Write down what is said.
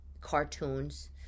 cartoons